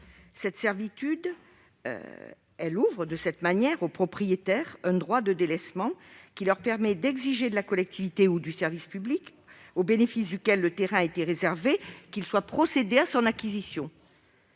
Cette servitude ouvre aux propriétaires un droit de délaissement leur permettant d'exiger de la collectivité ou du service public au bénéfice duquel le terrain a été réservé de procéder à son acquisition.